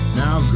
now